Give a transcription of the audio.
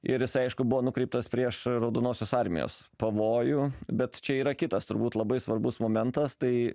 ir jisai aišku buvo nukreiptas prieš raudonosios armijos pavojų bet čia yra kitas turbūt labai svarbus momentas tai